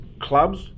clubs